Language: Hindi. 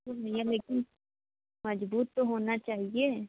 भैया लेकिन मज़बूत तो होना चाहिए